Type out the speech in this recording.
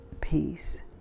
peace